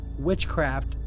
Witchcraft